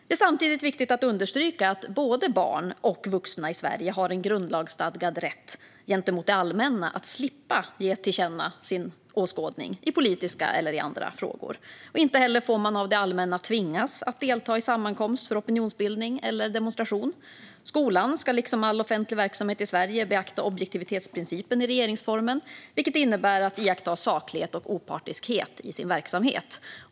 Det är samtidigt viktigt att understryka att både barn och vuxna i Sverige har en grundlagsstadgad rätt gentemot det allmänna att slippa ge till känna sin åskådning i politiska och andra frågor. Inte heller får man av det allmänna tvingas att delta i sammankomst för opinionsbildning eller demonstration. Skolan ska liksom all offentlig verksamhet i Sverige beakta objektivitetsprincipen i regeringsformen, vilket innebär att iaktta saklighet och opartiskhet i sin verksamhet.